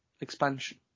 expansion